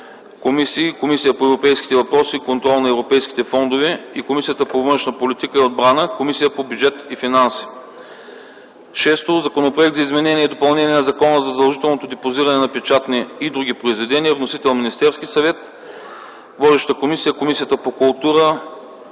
Комисията по европейските въпроси и контрол на европейските фондове, Комисията по външна политика и отбрана и Комисията по бюджет и финанси. 6. Законопроект за изменение и допълнение на Закона за задължителното депозиране на печатни и други произведения. Вносител – Министерският съвет. Водеща е Комисията по културата,